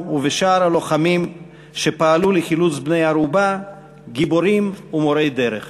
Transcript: ובשאר הלוחמים שפעלו לחילוץ בני הערובה גיבורים ומורי דרך.